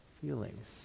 feelings